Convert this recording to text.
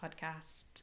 podcast